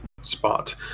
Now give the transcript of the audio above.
spot